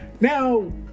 Now